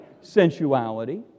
sensuality